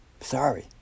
Sorry